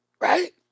right